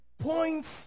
points